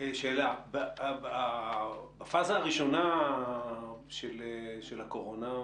שאלה בפאזה הראשונה של הקורונה,